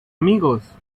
amigos